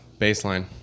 Baseline